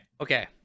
Okay